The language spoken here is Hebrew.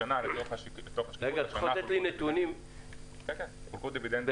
צריך לומר --- אתה יכול לתת לי נתונים --- חולקו דיבידנדים